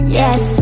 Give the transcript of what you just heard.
yes